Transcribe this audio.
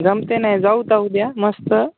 जमतेना जाऊ उद्या मस्त